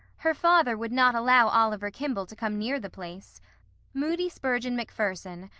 her father would not allow oliver kimball to come near the place moody spurgeon macpherson,